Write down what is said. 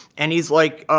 and he's like,